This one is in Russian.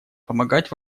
помогать